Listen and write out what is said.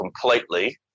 completely